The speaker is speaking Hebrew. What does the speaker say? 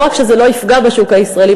לא רק שזה לא יפגע בשוק הישראלי,